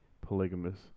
polygamous